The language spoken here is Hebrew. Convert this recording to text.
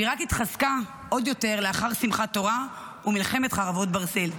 והיא רק התחזקה עוד יותר לאחר שמחת תורה ומלחמת חרבות ברזל.